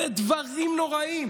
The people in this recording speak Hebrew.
אלה דברים נוראיים.